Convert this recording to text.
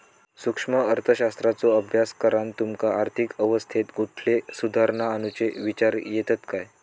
सूक्ष्म अर्थशास्त्राचो अभ्यास करान तुमका आर्थिक अवस्थेत कुठले सुधार आणुचे विचार येतत काय?